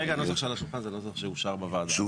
הנוסח שעל השולחן זה הנוסח שאושר בוועדה.